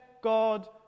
God